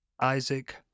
Isaac